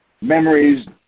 memories